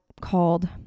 called